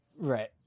Right